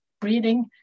breathing